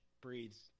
breeds